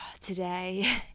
Today